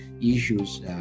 issues